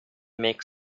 make